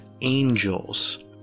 angels